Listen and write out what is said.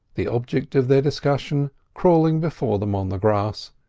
the object of their discussion crawling before them on the grass,